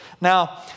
Now